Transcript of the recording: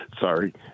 Sorry